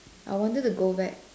I wanted to go back